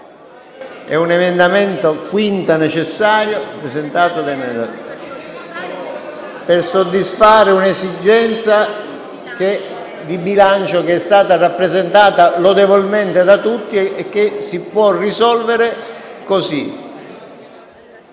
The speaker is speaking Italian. È un emendamento presentato per soddisfare un'esigenza di bilancio che è stata rappresentata lodevolmente da tutti e che si può risolvere in